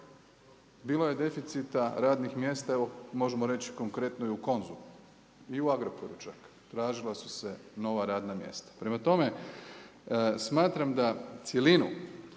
Bilo je deficita, radnih mjesta, evo možemo konkretno i u Konzumu i u Agrokoru čak, tražila su se nova radna mjesta. Prema tome, smatram da cjelinu